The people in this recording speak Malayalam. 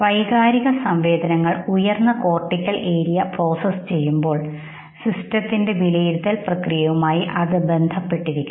വൈകാരിക സംവേദനങ്ങൾ ഉയർന്ന കോർട്ടിക്കൽ ഏരിയ പ്രോസസ്സ് ചെയ്യുമ്പോൾ സിസ്റ്റത്തിന്റെ വിലയിരുത്തൽ പ്രക്രിയയുമായി അത് ബന്ധപ്പെട്ടിരിക്കുന്നു